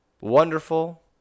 wonderful